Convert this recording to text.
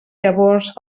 llavors